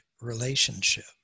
relationship